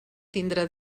tindrà